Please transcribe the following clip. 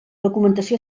documentació